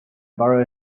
borrow